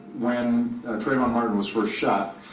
when trayvon martin was first shot,